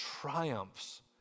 triumphs